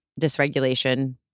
dysregulation